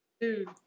Dude